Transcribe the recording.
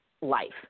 life